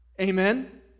Amen